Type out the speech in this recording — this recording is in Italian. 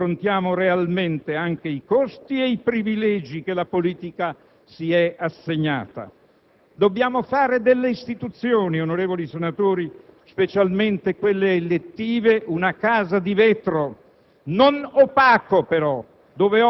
nelle istituzioni italiane affrontiamo realmente anche i costi e i privilegi che la politica si è assegnata. Dobbiamo fare delle istituzioni, onorevoli senatori, e specialmente di quelle elettive, una casa di vetro,